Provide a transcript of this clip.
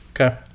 Okay